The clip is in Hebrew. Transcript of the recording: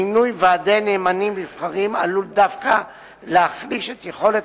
מינוי ועדי נאמנים נבחרים עלול דווקא להחליש את יכולת